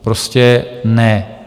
Prostě ne.